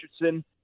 Richardson